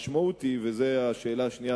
לשאלתך השנייה,